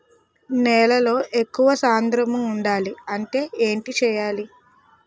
నేలలో ఎక్కువ సాంద్రము వుండాలి అంటే ఏంటి చేయాలి?